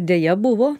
deja buvo